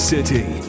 City